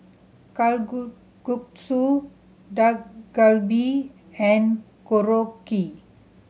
Dak Galbi and Korokke